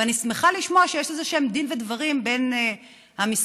ואני שמחה לשמוע שיש איזשהם דין ודברים בין המשרדים,